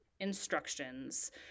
instructions